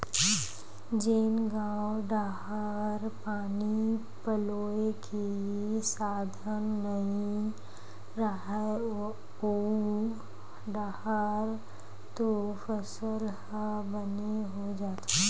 जेन गाँव डाहर पानी पलोए के साधन नइय रहय ओऊ डाहर तो फसल ह बने हो जाथे